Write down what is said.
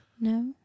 no